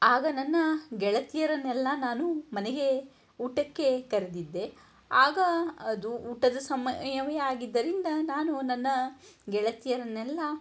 ಆಗ ನನ್ನ ಗೆಳತಿಯರನ್ನೆಲ್ಲ ನಾನು ಮನೆಗೆ ಊಟಕ್ಕೆ ಕರೆದಿದ್ದೆ ಆಗ ಅದು ಊಟದ ಸಮಯವೇ ಆಗಿದ್ದರಿಂದ ನಾನು ನನ್ನ ಗೆಳತಿಯರನ್ನೆಲ್ಲ